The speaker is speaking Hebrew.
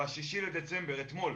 ב-6 בדצמבר, אתמול,